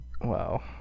Wow